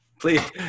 please